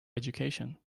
education